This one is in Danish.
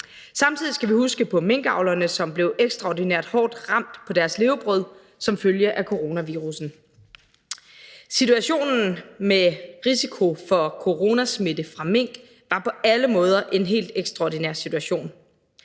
Samtidig skal vi huske på minkavlerne, som blev ekstraordinært hårdt ramt på deres levebrød som følge af coronavirussen. Situationen med risiko for coronasmitte fra mink var på alle måder en helt ekstraordinær situation.